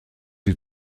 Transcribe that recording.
sie